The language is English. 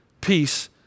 peace